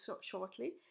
shortly